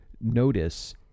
notice